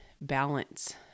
balance